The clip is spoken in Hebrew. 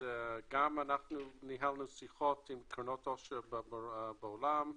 גם אנחנו ניהלנו שיחות עם קרנות עושר בעולם,